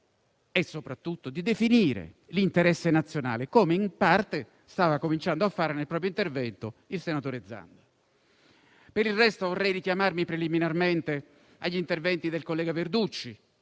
e soprattutto di definire l'interesse nazionale, come in parte stava cominciando a fare nel proprio intervento il senatore Zanda. Per il resto, vorrei richiamarmi preliminarmente all'intervento del collega Verducci,